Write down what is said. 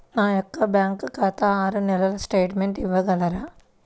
నా యొక్క బ్యాంకు ఖాతా ఆరు నెలల స్టేట్మెంట్ ఇవ్వగలరా?